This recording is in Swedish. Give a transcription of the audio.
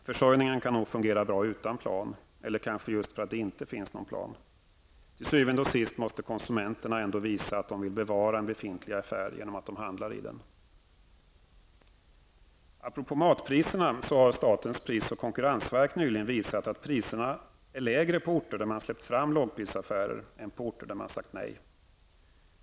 Försörjningen kan nog fungera bra utan plan, eller kanske just därför att det inte finns någon plan. Til syvende og sidst måste konsumenterna visa att de vill bevara en befintlig affär genom att de handlar i den. Apropå matpriserna har statens pris och konkurrensverk nyligen visat att priserna är lägre på orter där man har släppt fram lågprisaffärer än på orter där man har sagt nej.